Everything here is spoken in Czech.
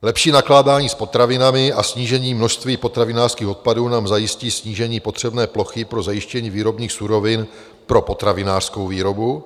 Lepší nakládání s potravinami a snížení množství potravinářských odpadů nám zajistí snížení potřebné plochy pro zajištění výrobních surovin pro potravinářskou výrobu.